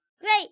Great